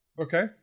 okay